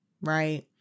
right